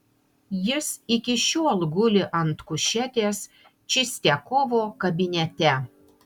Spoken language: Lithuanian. jis iki šiol guli ant kušetės čistiakovo kabinete